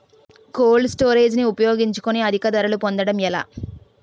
Cold storage ని ఉపయోగించుకొని అధిక ధరలు పొందడం ఎలా?